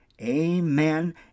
amen